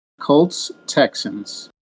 Colts-Texans